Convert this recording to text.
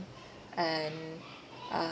and uh